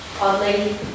Oddly